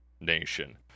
nation